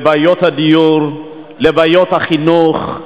לבעיות הדיור, לבעיות החינוך.